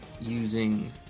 using